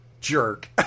jerk